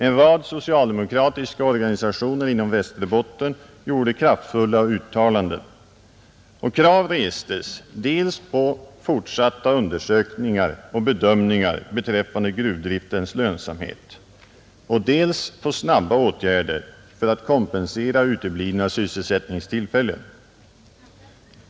En rad socialdemokratiska organisationer inom Västerbotten gjorde kraftfulla uttalanden. Krav restes dels på fortsatta undersökningar och bedömningar beträffande gruvdriftens lönsamhet, dels på snabba åtgärder för att kompensera uteblivna sysselsättningstillfällen.